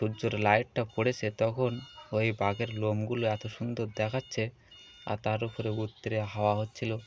সূয্যর লাইটটা পড়েছে তখন ওই বাঘের লোমগুলো এতো সুন্দর দেখাচ্ছে আর তার ও উপরে থালায় হাওয়া হচ্ছিলো